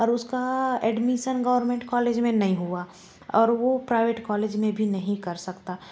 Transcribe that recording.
और उसका admission government college में नहीं हुआ और वो प्राइवेट कॉलेज में भी नहीं कर सकता